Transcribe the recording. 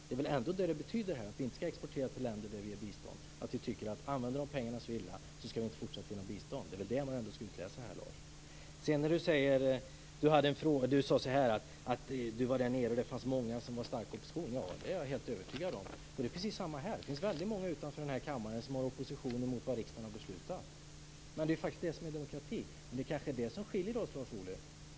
Det är väl det som det betyder, att vi inte skall exportera till länder som vi ger bistånd, att om de använder pengarna så illa skall vi inte fortsätta att ge dem bistånd? Det är väl det man skall utläsa här. Lars Ohly sade att han var där nere och mötte många som var i stark opposition. Jag är helt övertygad om det. Det är samma här, att det finns många utanför kammaren som är i opposition mot vad riksdagen har beslutat. Men det är det som är demokrati. Det kanske är det som skiljer oss.